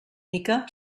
mica